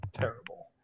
terrible